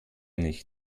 nicht